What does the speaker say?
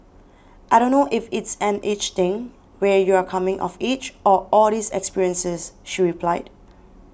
I don't know if it's an age thing where you're coming of age or all these experiences she replied